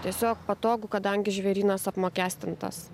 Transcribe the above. tiesiog patogu kadangi žvėrynas apmokestintas